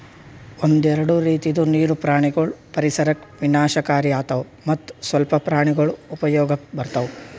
ಒಂದೆರಡು ರೀತಿದು ನೀರು ಪ್ರಾಣಿಗೊಳ್ ಪರಿಸರಕ್ ವಿನಾಶಕಾರಿ ಆತವ್ ಮತ್ತ್ ಸ್ವಲ್ಪ ಪ್ರಾಣಿಗೊಳ್ ಉಪಯೋಗಕ್ ಬರ್ತವ್